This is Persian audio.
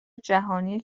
جهانی